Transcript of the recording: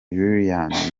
liliane